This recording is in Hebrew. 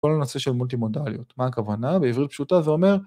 כל הנושא של מולטימונדליות, מה הכוונה? בעברית פשוטה זה אומר...